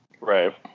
Right